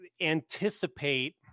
anticipate